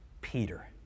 Peter